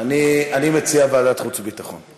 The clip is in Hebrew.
ועדת חוץ וביטחון.